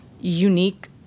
unique